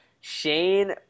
Shane